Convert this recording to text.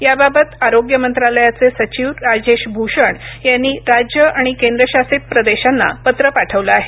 याबाबत आरोग्य मंत्रालयाचे सचिव राजेश भूषण यांनी राज्य आणि केंद्रशासित प्रदेशांना पत्र पाठवलं आहे